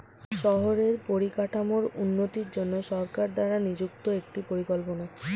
শহরের পরিকাঠামোর উন্নতির জন্য সরকার দ্বারা নিযুক্ত একটি পরিকল্পনা